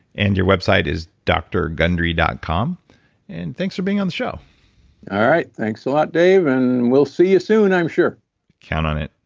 and your website is doctorgundry dot com and thanks for being on the show all right, thanks a lot dave and we'll see you soon i'm sure count on it